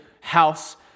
house